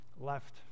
left